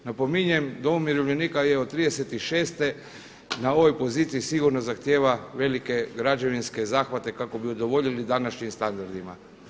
Napominjem dom umirovljenika je od 36. na ovoj poziciji sigurno zahtjeva velike građevinske zahvate kako bi udovoljili današnjim standardima.